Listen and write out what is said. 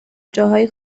جاهای